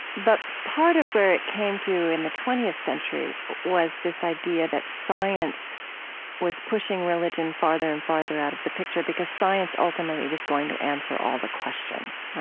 but part of where it came to in the twentieth century was this idea that science was pushing religion farther and farther out of the picture because science ultimately was going to answer all the questions.